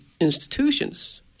institutions